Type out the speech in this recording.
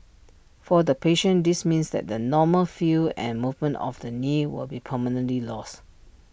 for the patient this means that the normal feel and movement of the knee will be permanently lost